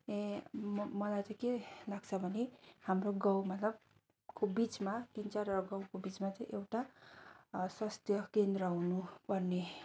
मलाई चाहिँ के लाग्छ भने हाम्रो गाउँ मतलबको बिचमा तिन चारवटा गाउँको बिचमा चाहिँ एउटा स्वस्थ्य केन्द्र हुनु पर्ने